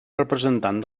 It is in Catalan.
representant